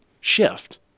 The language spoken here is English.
shift